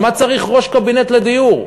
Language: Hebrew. אז מה צריך ראש קבינט לדיור?